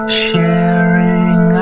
sharing